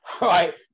right